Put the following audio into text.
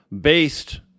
based